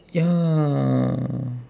ya